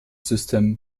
system